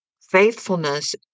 Faithfulness